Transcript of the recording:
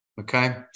Okay